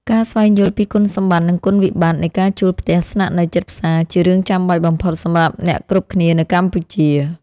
ការស្វែងយល់ពីគុណសម្បត្តិនិងគុណវិបត្តិនៃការជួលផ្ទះស្នាក់នៅជិតផ្សារជារឿងចាំបាច់បំផុតសម្រាប់អ្នកគ្រប់គ្នានៅកម្ពុជា។